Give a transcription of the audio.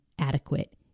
adequate